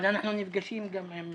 אבל אנחנו נפגשים גם עם